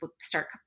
start